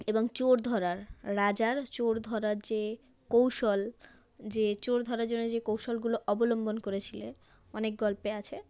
এবং চোর ধরার রাজার চোর ধরার যে কৌশল যে চোর ধরার জন্য যে কৌশলগুলো অবলম্বন করেছিলেন অনেক গল্পে আছে